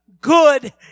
good